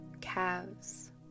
calves